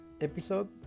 episode